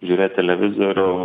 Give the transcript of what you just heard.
žiūrėt televizorių